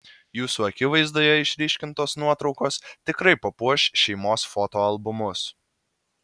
jūsų akivaizdoje išryškintos nuotraukos tikrai papuoš šeimos fotoalbumus